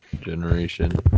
generation